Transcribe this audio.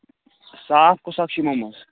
صاف کُس اَکھ چھُ یِمو منٛز